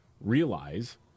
realize